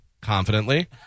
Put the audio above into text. confidently